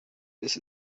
this